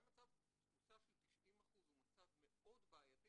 גם מצב תפוסה של 90% הוא מצב מאוד בעייתי